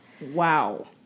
Wow